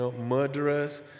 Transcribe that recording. murderers